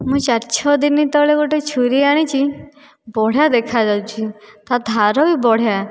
ମୁଁ ଚାରି ଛଅ ଦିନ ତଳେ ଗୋଟିଏ ଛୁରୀ ଆଣିଛି ବଢ଼ିଆ ଦେଖାଯାଉଛି ତା'ଧାର ବି ବଢ଼ିଆ